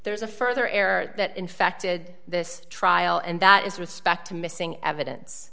there's a further error that infected this trial and that is respect to missing evidence